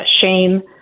shame –